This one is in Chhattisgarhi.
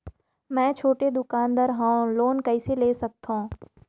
मे छोटे दुकानदार हवं लोन कइसे ले सकथव?